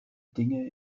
dinge